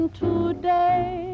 today